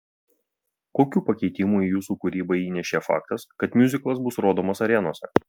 kokių pakeitimų į jūsų kūrybą įnešė faktas kad miuziklas bus rodomas arenose